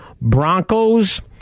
Broncos